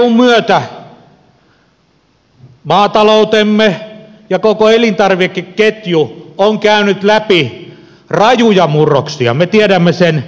eun myötä maataloutemme ja koko elintarvikeketju on käynyt läpi rajuja murroksia me tiedämme sen jokainen